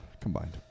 Combined